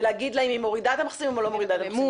ולהגיד לה אם היא מורידה את המחסומים או לא מורידה את המחסומים.